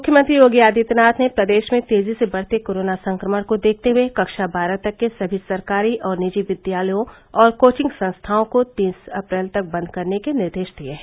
मुख्यमंत्री योगी आदित्यनाथ ने प्रदेश में तेजी से बढ़ते कोरोना संक्रमण को देखते हुए कक्षा बारह तक के सभी सरकारी और निजी विद्यालयों और कोचिंग संस्थाओं को तीस अप्रैल तक बंद करने के निर्देश दिए हैं